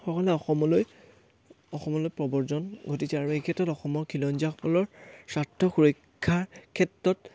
সকলে অসমলৈ অসমলৈ প্ৰৱৰ্জন ঘটিছে আৰু এই ক্ষেত্ৰত অসমৰ খিলঞ্জীয়াসকলৰ স্বাস্থ্য সুৰক্ষাৰ ক্ষেত্ৰত